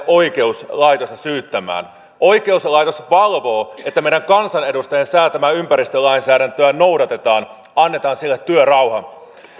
oikeuslaitosta syyttämään oikeuslaitos valvoo että meidän kansanedustajien säätämää ympäristölainsäädäntöä noudatetaan annetaan sille työrauha